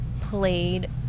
played